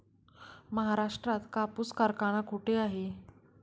महाराष्ट्रात कापूस कारखाना कुठे आहे?